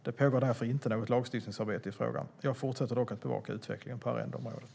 Det pågår därför inte något lagstiftningsarbete i frågan. Jag fortsätter dock att bevaka utvecklingen på arrendeområdet.